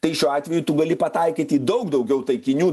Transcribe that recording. tai šiuo atveju tu gali pataikyt į daug daugiau taikinių